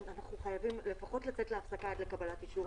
אנחנו חייבים לפחות לצאת להפסקה עד לקבלת אישור.